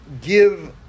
give